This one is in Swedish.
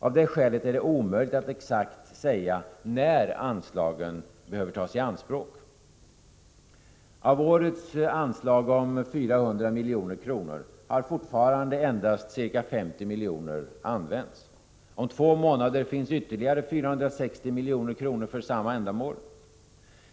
Av det skälet är det omöjligt att exakt säga när anslagen behöver tas i anspråk. Av årets anslag om 400 milj.kr. har fortfarande endast ca 50 miljoner använts. Om två månader finns ytterligare 460 milj.kr. för samma ändamål.